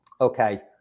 okay